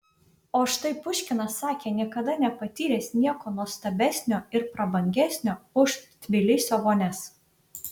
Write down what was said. o štai puškinas sakė niekada nepatyręs nieko nuostabesnio ir prabangesnio už tbilisio vonias